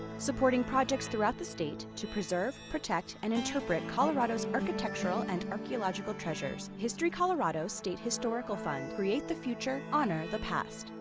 supporting projects throughout the state to preserve, protect, and interpret colorado's architectural and archaeological treasures. history colorado state historical historical fund. create the future. honor the past.